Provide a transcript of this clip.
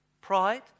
Pride